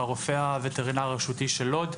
הרופא הווטרינר הרשותי של לוד,